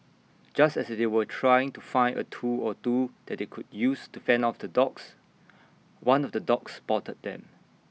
just as they were trying to find A tool or two that they could use to fend off the dogs one of the dogs spotted them